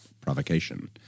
provocation